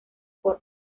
por